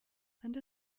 and